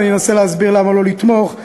ואני אנסה להסביר למה לא לתמוך.